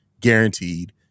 guaranteed